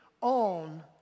on